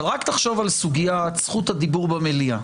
אבל רק תחשוב על סוגיית זכות הדיבור במליאה,